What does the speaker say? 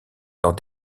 dans